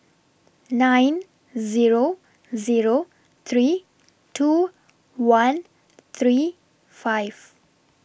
nine Zero Zero three two one three five